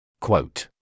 Quote